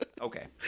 Okay